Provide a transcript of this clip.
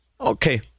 Okay